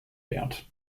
wert